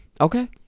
Okay